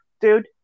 dude